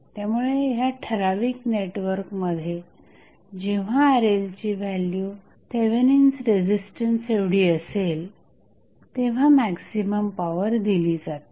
त्यामुळे ह्या ठराविक नेटवर्कमध्ये जेव्हा RLची व्हॅल्यू थेवेनिन्स रेझिस्टन्सएवढी असेल तेव्हा मॅक्झिमम पॉवर दिली जाते